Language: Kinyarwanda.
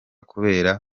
kubera